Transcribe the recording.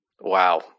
Wow